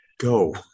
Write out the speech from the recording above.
Go